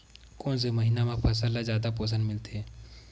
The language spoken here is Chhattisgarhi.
कोन से महीना म फसल ल जादा पोषण मिलथे?